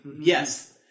yes